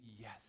yes